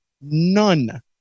None